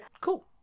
Cool